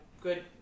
good